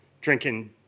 drinking